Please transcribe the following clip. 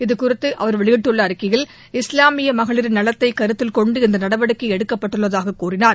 இதுகுறித்து அவா் வெளியிட்டுள்ள அறிக்கையில் இஸ்லாமிய மகளிரின் நலத்தை கருத்தில்கொண்டு இந்த நடவடிக்கை எடுக்கப்பட்டுள்ளதாக கூறினார்